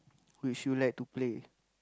which you like to play